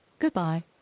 goodbye